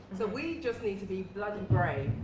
so we just need to be bloody brave?